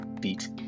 beat